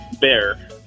Bear